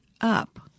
up